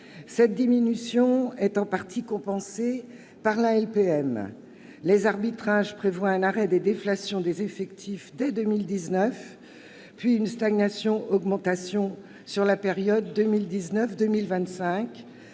Cette diminution est en partie compensée par la LPM : les arbitrages prévoient un arrêt des déflations des effectifs dès 2019, puis une augmentation sur la période 2019-2025.